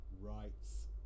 rights